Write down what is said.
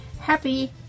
Happy